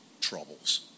troubles